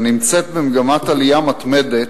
הנמצאת במגמת עלייה מתמדת,